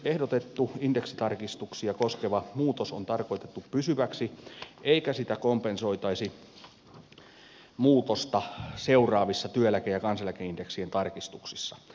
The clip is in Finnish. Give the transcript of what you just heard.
ehdotettu indeksitarkistuksia koskeva muutos on tarkoitettu pysyväksi eikä sitä kompensoitaisi muutosta seuraavissa työeläke ja kansaneläkeindeksien tarkistuksissa